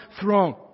throne